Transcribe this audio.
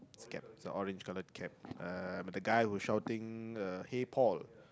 it's a cap it's a orange colour cap uh the guy who shouting uh hey Paul